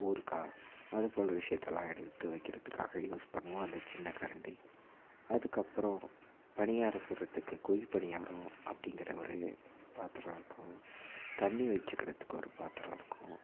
ஊறுக்காய் அதுப்போல் விஷயத்தல்லாம் எடுத்து வைக்கிறத்துக்காக யூஸ் பண்ணுவோம் அந்த சின்ன கரண்டி அதுக்கப்புறம் பணியாரம் சுடுகிறத்துக்கு குழி பணியாரம் அப்படிங்கிற ஒரு பாத்திரம் இருக்கும் தண்ணி வச்சுக்கிறத்துக்கு ஒரு பாத்திரம் இருக்கும்